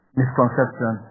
misconception